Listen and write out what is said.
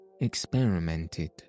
experimented